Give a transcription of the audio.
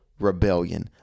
rebellion